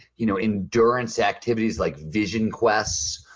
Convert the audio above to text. you know endurance activities like vision quest,